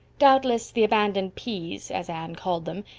doubtless, the abandoned p's, as anne called them,